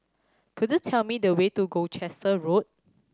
could you tell me the way to Gloucester Road